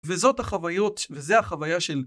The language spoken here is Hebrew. וזאת החוויות וזה החוויה של